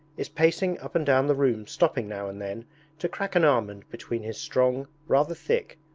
is pacing up and down the room stopping now and then to crack an almond between his strong rather thick,